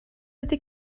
ydy